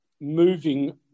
moving